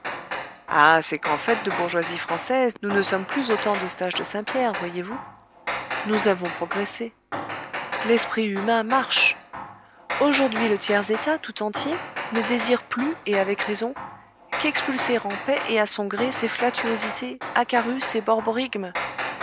ah c'est qu'en fait de bourgeoisie française nous ne sommes plus au temps d'eustache de saint-pierre voyez-vous nous avons progressé l'esprit humain marche aujourd'hui le tiers état tout entier ne désire plus et avec raison qu'expulser en paix et à son gré ses flatuosités acarus et